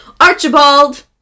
Archibald